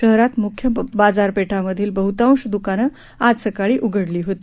शहरात मुख्य बाजारपेठांमधली बहुतांश दुकानं आज सकाळी उघडली होती